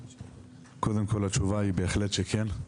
קודם כל התשובה היא בהחלט שכן.